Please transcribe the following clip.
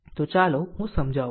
તો ચાલો હું સમજાવું